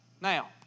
Now